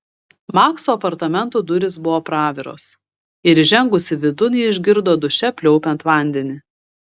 makso apartamentų durys buvo praviros ir įžengusi vidun ji išgirdo duše pliaupiant vandenį